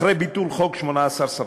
אחרי ביטול חוק 18 שרים,